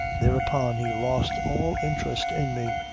thereupon he lost all interest in me,